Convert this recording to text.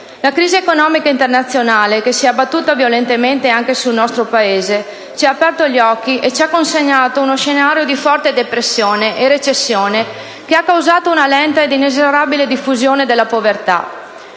La crisi economica internazionale che si è abbattuta violentemente anche sul nostro Paese ci ha aperto gli occhi e ci ha consegnato uno scenario di forte depressione e recessione che ha causato una lenta ed inesorabile diffusione della povertà.